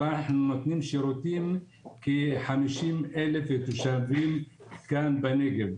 אבל אנחנו נותנים שירותים ל-50,000 תושבים כאן בנגב.